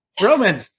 Roman